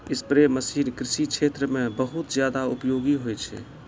spray machine कृषि क्षेत्र म बहुत जादा उपयोगी होय छै